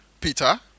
Peter